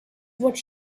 what